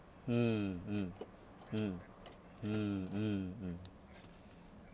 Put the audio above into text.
mm mm mm mm mm mm